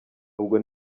ubwo